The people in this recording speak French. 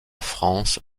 france